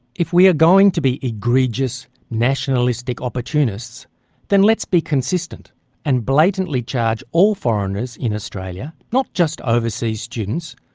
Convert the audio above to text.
if we are going to be egregious, nationalistic, opportunists then let's be consistent and blatantly charge all foreigners in australia, not just overseas students,